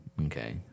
Okay